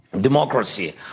democracy